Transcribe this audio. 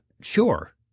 sure